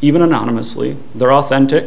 even anonymously they're authentic